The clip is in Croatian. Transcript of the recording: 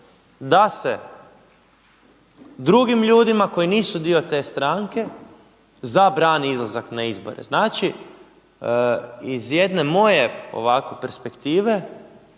da se drugim ljudima koji nisu dio te stranke zabrani izlazak za izbore. Znači, iz jedne moje ovako perspektive,